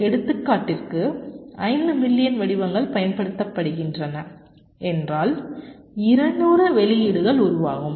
ஒரு எடுத்துக்காட்டிற்கு 5 மில்லியன் வடிவங்கள் பயன்படுத்தப்படுகின்றன என்றால் 200 வெளியீடுகள் உருவாகும்